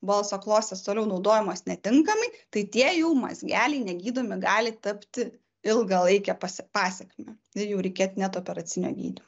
balso klostės toliau naudojamos netinkamai tai tie jau mazgeliai negydomi gali tapti ilgalaike pasekme ir jau reikėt net operacinio gydymo